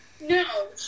no